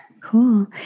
Cool